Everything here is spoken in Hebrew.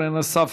3895,